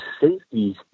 safeties